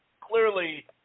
Clearly